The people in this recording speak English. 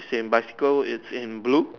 is in bicycle it's in blue